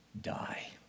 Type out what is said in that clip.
die